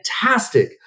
fantastic